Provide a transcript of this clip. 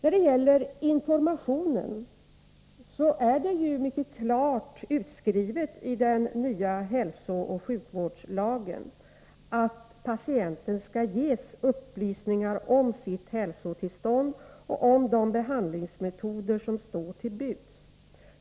Beträffande informationen vill jag säga att det i den nya hälsooch sjukvårdslagen är mycket klart utskrivet att patienten skall ges upplysningar om sitt hälsotillstånd och om de behandlingsmetoder som står till buds.